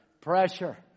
Pressure